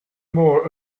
more